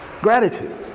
Gratitude